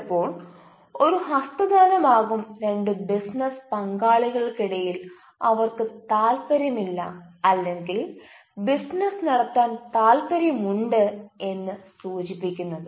ചിലപ്പോൾ ഒരു ഹസ്തദാനം ആകും രണ്ട് ബിസിനസ് പങ്കാളികൾക്കിടയിൽ അവർക്ക് താൽപ്പര്യമില്ല അല്ലെങ്കിൽ ബിസിനസ്സ് നടത്താൻ താൽപ്പര്യമുണ്ട് എന്ന് സൂചിപ്പിക്കുന്നത്